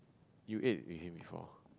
you ate with him before